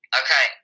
okay